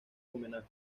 homenaje